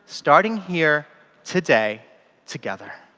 starting here today together.